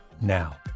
now